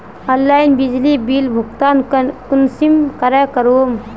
Online बिजली bill भुगतान कुंसम करे करूम?